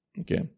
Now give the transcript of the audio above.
Okay